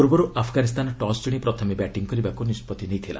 ପୂର୍ବରୁ ଆଫ୍ଗାନିସ୍ତାନ ଟସ୍ କିଣି ପ୍ରଥମେ ବ୍ୟାଟିଂ କରିବାକୁ ନିଷ୍କଭି ନେଇଥିଲା